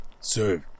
Serve